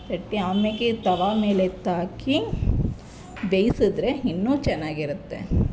ತಟ್ಟೆ ಆಮೇಲೆ ತವ ಮೇಲೆ ಎತ್ತಾಕಿ ಬೇಯಿಸಿದ್ರೆ ಇನ್ನೂ ಚೆನ್ನಾಗಿರುತ್ತೆ